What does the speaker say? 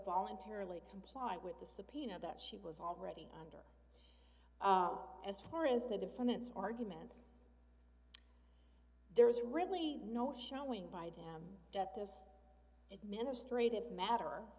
voluntarily comply with the subpoena that she was already under as far as the defendant's arguments there was really no showing by them that this